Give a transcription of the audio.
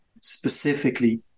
specifically